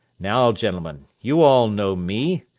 now, gentlemen, you all know me,